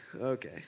okay